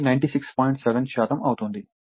7 శాతం అవుతుంది